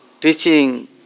teaching